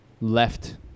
left